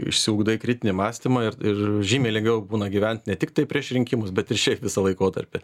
išsiugdai kritinį mąstymą ir ir žymiai lengviau būna gyvent ne tiktai prieš rinkimus bet ir šiaip visą laikotarpį